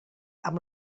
amb